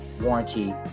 warranty